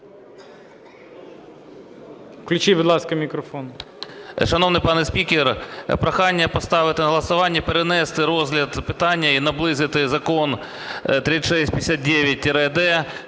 Включіть, будь ласка, мікрофон.